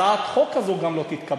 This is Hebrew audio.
גם הצעת החוק הזאת לא תתקבל.